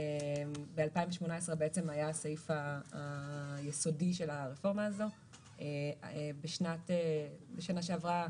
ב-2018 היה הסעיף היסודי של הרפורמה הזו ובשנה שעברה,